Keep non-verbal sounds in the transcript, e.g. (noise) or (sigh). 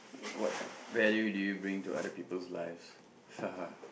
what value do you bring to other people's lives (laughs)